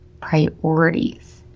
priorities